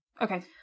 Okay